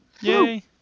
Yay